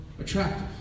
attractive